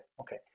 Okay